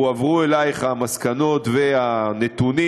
הועברו אלייך המסקנות והנתונים.